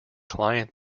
client